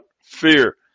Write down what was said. fear